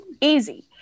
easy